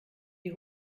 die